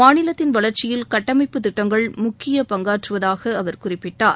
மாநிலத்தின் வளர்ச்சியில் கட்டமைப்பு திட்டங்கள் முக்கிய பங்காற்றுவதாக அவர் குறிப்பிட்டார்